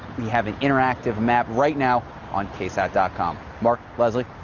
we have an interactive map right now on ksat dot com mark leslie.